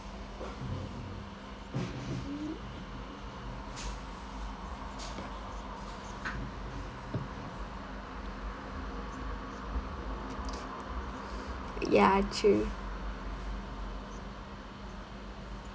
ya true